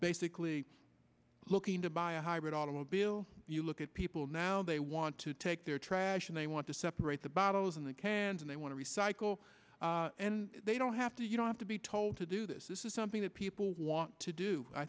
basically looking to buy a hybrid automobile you look at people now they want to take their trash and they want to separate the bottles and the cans and they want to recycle and they don't have to you know have to be told to do this this is something that people want to do i